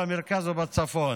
במרכז ובצפון.